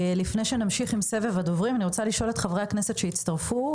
לפני שנמשיך עם סבב הדוברים אני רוצה לשאול את חברי הכנסת שהצטרפו,